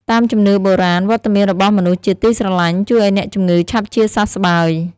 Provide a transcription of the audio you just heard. តាមជំនឿបុរាណ វត្តមានរបស់មនុស្សជាទីស្រឡាញ់ជួយឱ្យអ្នកជំងឺឆាប់ជាសះស្បើយ។